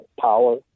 power